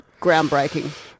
Groundbreaking